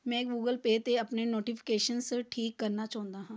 ਮੈਂ Google Pay 'ਤੇ ਆਪਣੇ ਨੋਟੀਫਿਕੇਸ਼ਨਸ ਠੀਕ ਕਰਨਾ ਚਾਹੁੰਦਾ ਹਾਂ